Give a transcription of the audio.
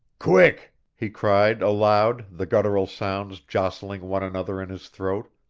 quick! he cried, aloud, the guttural sounds jostling one another in his throat.